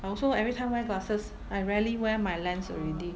I also every time wear glasses I rarely wear my lens already